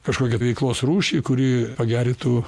kažkokią tai veiklos rūšį kuri pagerintų